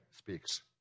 speaks